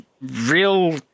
real